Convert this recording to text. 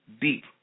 deep